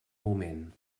moment